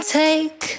take